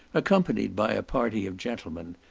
accompanied by a party of gentlemen,